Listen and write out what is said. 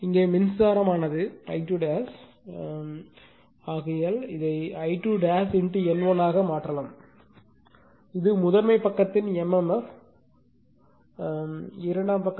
இங்கே மின்சாரமானது I2 ஆகையால் இதை I2 N1 ஆக மாற்றலாம் இது முதன்மை பக்கத்தின் mmf இரண்டாம் பக்கத்தின் mmf N2 I2